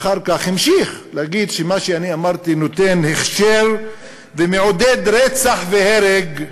ואחר כך המשיך להגיד שמה שאני אמרתי נותן הכשר ומעודד רצח והרג.